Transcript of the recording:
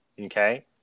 okay